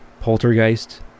poltergeist